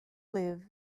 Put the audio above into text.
live